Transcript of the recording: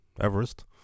Everest